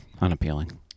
unappealing